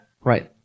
Right